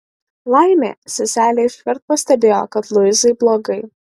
laimė seselė iškart pastebėjo kad luizai blogai